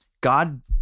God